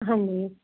ਹਾਂਜੀ